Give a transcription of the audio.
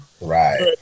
Right